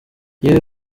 yewe